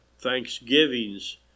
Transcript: thanksgivings